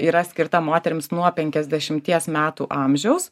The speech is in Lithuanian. yra skirta moterims nuo penkiasdešimties metų amžiaus